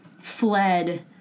fled